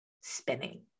spinning